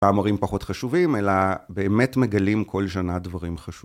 מאמרים פחות חשובים, אלא... באמת מגלים כל שנה דברים חשובים.